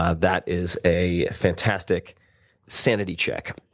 ah that is a fantastic sanity check.